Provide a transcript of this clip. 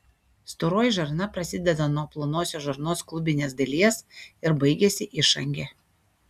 storoji žarna prasideda nuo plonosios žarnos klubinės dalies ir baigiasi išange